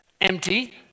empty